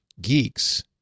geeks